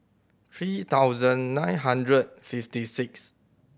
three thousand nine hundred fifty sixth